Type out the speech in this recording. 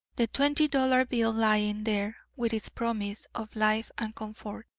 the twenty-dollar bill lying there with its promise of life and comfort.